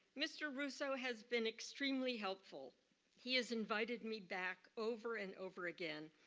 mr. russo has been extremely helpful he has invited me back over and over again,